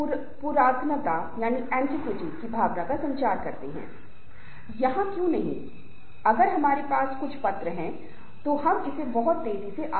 इसलिए यह बहुत महत्वपूर्ण है कि समूह के सदस्यों के पास एक समान लक्ष्य होना चाहिए प्रत्येक सदस्य को यह महसूस होना चाहिए कि उनके पास निर्धारित लक्ष्य है और उन्हें उस विशेष लक्ष्य को प्राप्त करना है